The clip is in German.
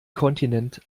kontinent